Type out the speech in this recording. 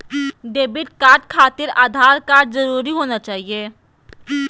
Debit card खातिर Aadhaar card जरूरी होना चाहिए?